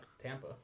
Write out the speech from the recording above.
Tampa